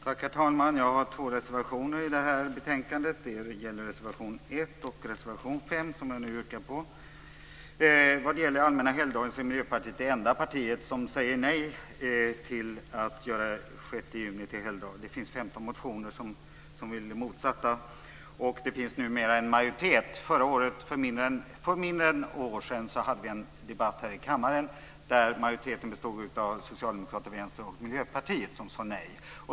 Herr talman! Jag har två reservationer i det här betänkandet. Det gäller reservation 1 och reservation 5 som jag nu yrkar bifall till. Miljöpartiet är det enda partiet som säger nej till att göra den 6 juni till helgdag. Det finns 15 motioner som vill det motsatta. Det finns numera en majoritet för detta. För mindre ett år sedan hade vi en debatt här i kammaren där majoriteten bestod av Socialdemokraterna, Vänstern och Miljöpartiet som sade nej.